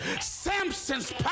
Samson's